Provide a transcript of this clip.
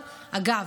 אגב,